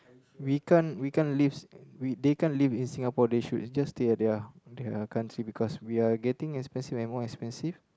we can't we can't lives we they can't live in Singapore they should just stay at their their country because we are getting expensive and more expensive